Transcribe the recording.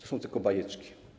To są tylko bajeczki.